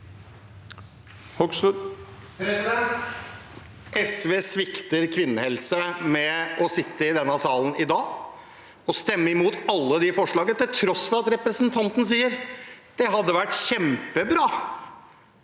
SV svikter kvinne- helse ved å sitte i denne salen i dag og stemme mot alle de forslagene, til tross for at representanten sier at det hadde vært kjempebra